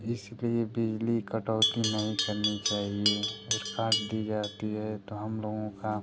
इसलिए बिजली कटौती नहीं करनी चाहिए अगर काट दी जाती है तो हम लोगों का